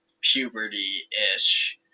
puberty-ish